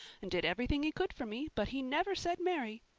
and did everything he could for me, but he never said marry.